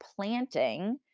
planting